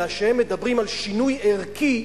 אלא שהם מדברים על שינוי ערכי,